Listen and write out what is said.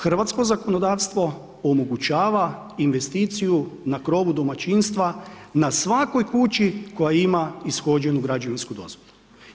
Hrvatsko zakonodavstva, omogućava investiciju na krovu domaćinstva na svakoj kući koja ima ishođenu građevinsku dozvolu.